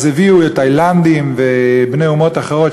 אז הביאו תאילנדים ובני אומות אחרות,